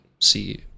see